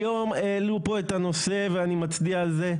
היום העלו פה את הנושא ואני מצדיע על זה,